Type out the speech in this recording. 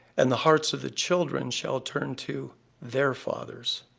and the hearts of the children shall turn to their fathers.